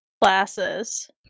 classes